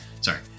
Sorry